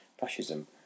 fascism